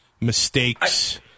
mistakes